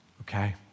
okay